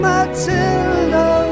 Matilda